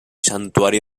santuari